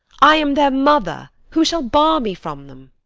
i am their mother who shall bar me from them?